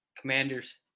Commanders